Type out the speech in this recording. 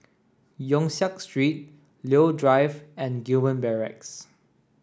Yong Siak Street Leo Drive and Gillman Barracks